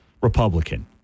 Republican